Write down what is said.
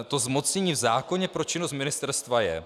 To zmocnění v zákoně pro činnost ministerstva je.